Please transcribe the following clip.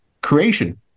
creation